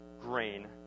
grain